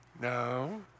No